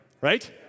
Right